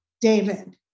David